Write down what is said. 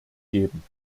geben